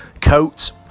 coat